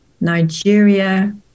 Nigeria